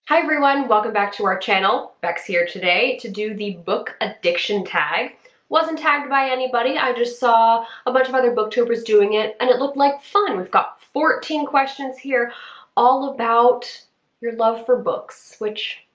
hi, everyone! welcome back to our channel. becks here today to do the book addiction tag. i wasn't tagged by anybody. i just saw a bunch of other booktubers doing it and it looked like fun. we've got fourteen questions here all about your love for books, which.